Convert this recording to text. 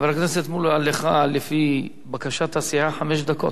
חבר הכנסת מולה, לך, לפי בקשת הסיעה, חמש דקות.